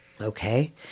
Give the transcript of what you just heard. okay